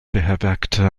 beherbergte